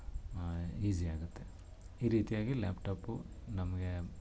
easy ಆಗುತ್ತೆ ಈ ರೀತಿಯಾಗಿ ಲ್ಯಾಪ್ಟಾಪು ನಮಗೆ